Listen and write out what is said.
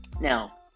Now